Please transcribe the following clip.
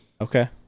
Okay